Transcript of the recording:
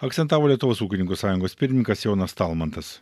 akcentavo lietuvos ūkininkų sąjungos pirmininkas jonas talmantas